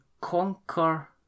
conquer